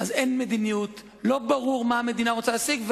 אז אין מדיניות, לא ברור מה המדינה רוצה להשיג.